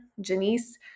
Janice